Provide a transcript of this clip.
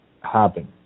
happen